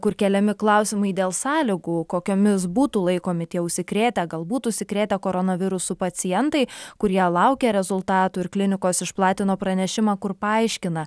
kur keliami klausimai dėl sąlygų kokiomis būtų laikomi tie užsikrėtę galbūt užsikrėtę koronavirusu pacientai kurie laukia rezultatų ir klinikos išplatino pranešimą kur paaiškina